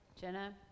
Jenna